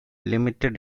limited